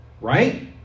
right